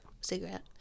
cigarette